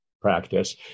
practice